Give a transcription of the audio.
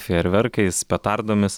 fejerverkais petardomis